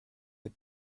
had